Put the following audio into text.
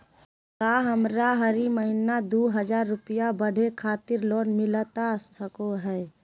का हमरा हरी महीना दू हज़ार रुपया पढ़े खातिर लोन मिलता सको है?